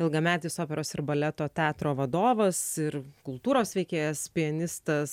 ilgametis operos ir baleto teatro vadovas ir kultūros veikėjas pianistas